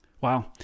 Wow